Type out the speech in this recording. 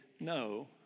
no